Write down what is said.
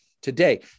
today